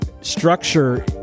structure